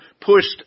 pushed